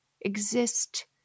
exist